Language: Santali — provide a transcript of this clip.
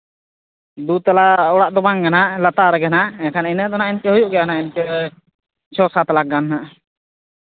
ᱫᱩ ᱛᱟᱞᱟ ᱚᱲᱟᱜ ᱫᱚ ᱵᱟᱝ ᱠᱟᱱᱟ ᱞᱟᱛᱟᱨ ᱨᱮᱜᱮ ᱦᱟᱸᱜ ᱮᱸᱰᱮᱠᱷᱟᱱ ᱤᱱᱟᱹ ᱫᱚ ᱦᱟᱸᱜ ᱤᱱᱠᱟᱹ ᱦᱩᱭᱩᱜ ᱜᱮᱭᱟ ᱦᱟᱸᱜ ᱤᱱᱠᱟᱹ ᱪᱷᱚ ᱥᱟᱛ ᱞᱟᱠᱷ ᱜᱟᱱ ᱜᱮ ᱦᱟᱸᱜ